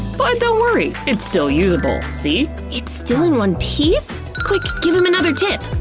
but don't worry, it's still usable! see? it's still in one piece. quick, give him another tip!